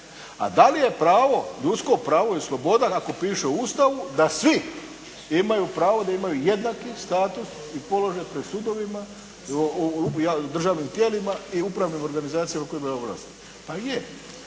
A da li je pravo, ljudsko pravo i sloboda kako piše u Ustavu, da svi imaju pravo, da imaju jednaki status i položaj pred sudovima, u državnim tijelima i upravnim organizacijama koje imaju ovlasti? Pa je.